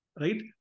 right